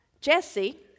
Jesse